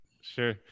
sure